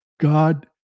God